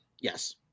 Yes